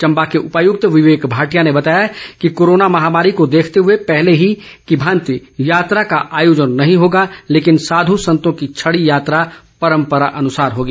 चंबा के उपायुक्त विवेक भाटिया ने बताया कि कोरोना महामारी को देखते हुए पहले की भांति यात्रा का आयोजन नहीं होगा लेकिन साधू संतों की छड़ी यात्रा परम्परा अनुसार होगी